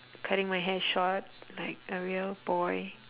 cutting my hair short like a real boy